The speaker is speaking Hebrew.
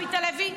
עמית הלוי,